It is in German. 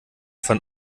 von